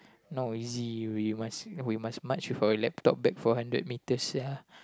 not easy we must we must march with our laptop back for hundred meters sia